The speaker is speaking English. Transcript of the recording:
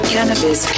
Cannabis